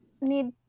need